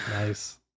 Nice